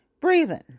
breathing